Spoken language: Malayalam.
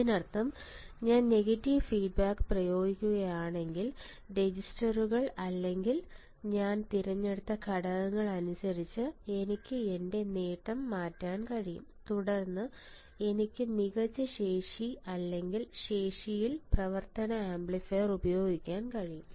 അതിനർത്ഥം ഞാൻ നെഗറ്റീവ് ഫീഡ്ബാക്ക് പ്രയോഗിക്കുകയാണെങ്കിൽ രജിസ്റ്ററുകൾ അല്ലെങ്കിൽ ഞാൻ തിരഞ്ഞെടുത്ത ഘടകങ്ങൾ അനുസരിച്ച് എനിക്ക് എന്റെ നേട്ടം മാറ്റാൻ കഴിയും തുടർന്ന് എനിക്ക് മികച്ച ശേഷി അല്ലെങ്കിൽ ശേഷിയിൽ പ്രവർത്തന ആംപ്ലിഫയർ ഉപയോഗിക്കാൻ കഴിയും